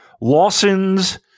Lawson's